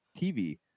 TV